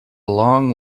long